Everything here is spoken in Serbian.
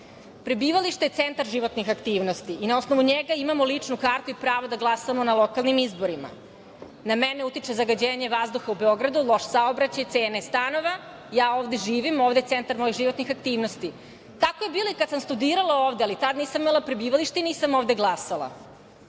sprovoditi. Prebivalište je centar životnih aktivnosti i na osnovu njega imamo ličnu kartu i pravo da glasamo na lokalnim izborima. Na mene utiče zagađenje vazduha u Beogradu, loš saobraćaj, cene stanova. Ja ovde živim i ovde je centar mojih životnih aktivnosti. Tako je i bilo kada sam studirala ovde, ali tada nisam imala prebivalište i nisam ovde glasala.